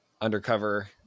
undercover